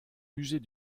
musée